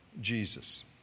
Jesus